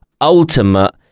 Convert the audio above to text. ultimate